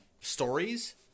stories